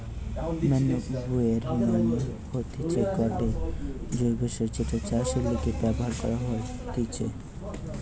manure মানে হতিছে গটে জৈব্য সার যেটা চাষের লিগে ব্যবহার করা হতিছে